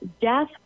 death